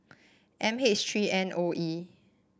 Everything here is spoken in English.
M H three N O E